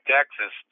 Texas